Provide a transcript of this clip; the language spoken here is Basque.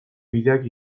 bideak